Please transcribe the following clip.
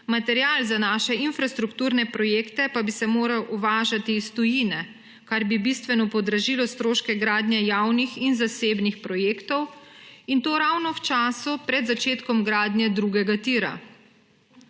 material za naše infrastrukturne projekte pa bi se moral uvažati iz tujine, kar bi bistveno podražilo stroške gradnje javnih in zasebnih projektov in to ravno v času pred začetkom gradnje drugega tira.